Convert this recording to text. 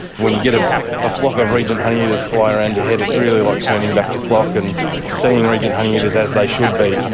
when you get a ah flock of regent honeyeaters fly around your head it's really like turning back the clock and seeing regent honeyeaters as they should be.